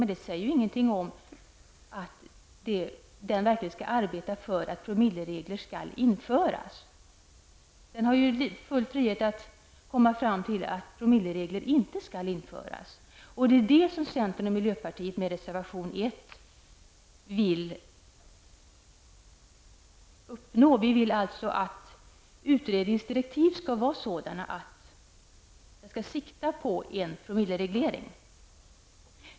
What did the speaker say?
Men det säger ingenting om att utredningen verkligen skall arbeta för att promilleregler skall införas. Utredningen har ju full frihet att komma fram till att promilleregler inte skall införas. uppnå sådana utredningsdirektiv att utredningen skall sikta till en promillereglering.